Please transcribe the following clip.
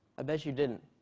i bet you didn't.